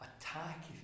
attack